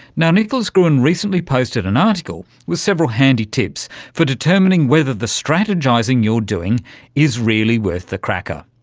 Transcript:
now, nicholas gruen recently posted an article with several handy tips for determining whether the strategizing you're doing is really worth the cracker.